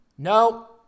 No